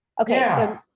Okay